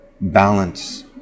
Balance